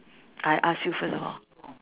I ask you first hor